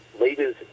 leaders